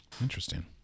Interesting